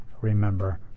remember